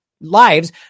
lives